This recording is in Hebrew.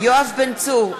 יואב בן צור,